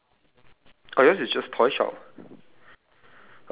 okay magical toy shop yours is only magical is it